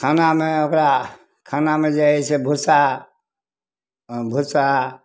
खानामे ओकरा खानामे जे हइ से भुस्सा भुस्सा